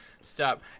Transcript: stop